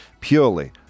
purely